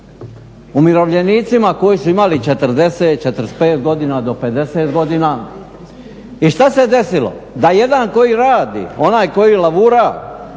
umirovljenicima koji su imali 40, 45 godina do 50 godina. I što se desilo? Da jedan koji radi, onaj koji lavura,